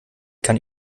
kann